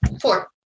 Four